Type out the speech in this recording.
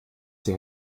sie